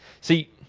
See